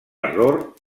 error